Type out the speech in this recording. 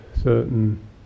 certain